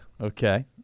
okay